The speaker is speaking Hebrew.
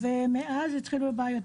מאז התחילו הבעיות.